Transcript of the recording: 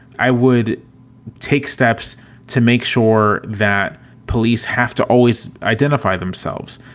i would take steps to make sure that police have to always identify themselves.